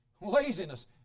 laziness